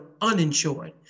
uninsured